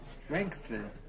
strengthen